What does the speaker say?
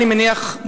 אני מניח,